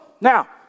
Now